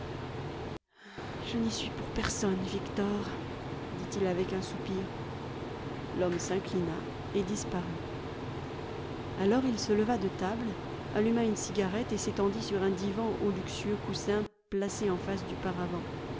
je n'y suis pour personne victor dit-il avec un soupir l'homme s'inclina et disparut alors il se leva de table alluma une cigarette et s'étendit sur un divan aux luxueux coussins placé en face du paravent